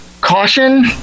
caution